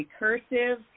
recursive